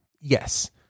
Yes